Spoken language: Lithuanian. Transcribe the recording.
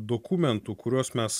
dokumentų kuriuos mes